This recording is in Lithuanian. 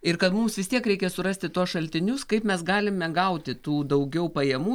ir kad mums vis tiek reikia surasti tuos šaltinius kaip mes galime gauti tų daugiau pajamų